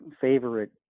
favorite